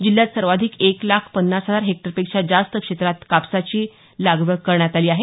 जिल्ह्यात सर्वाधिक एक लाख पन्नास हजार हेक्टर पेक्षा जास्त क्षेत्रात कापसाची लागवड करण्यात आली आहे